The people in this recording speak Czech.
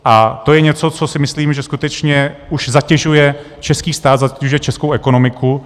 Je to je něco, co si myslím, že už skutečně zatěžuje český stát, zatěžuje českou ekonomiku.